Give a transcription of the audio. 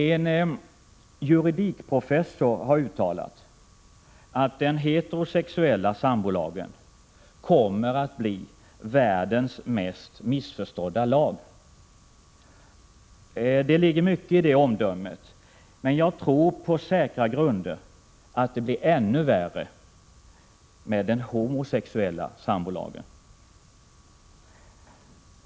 En juridikprofessor har uttalat att den heterosexuella sambolagen kommer att bli världens mest missförstådda lag. Det ligger mycket i det omdömet, men jag tror på säkra grunder att det blir ännu värre med den homosexuella sambolagen.